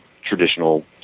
traditional